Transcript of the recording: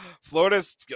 Florida's